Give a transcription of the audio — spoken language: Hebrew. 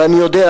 ואני יודע,